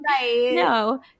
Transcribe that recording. no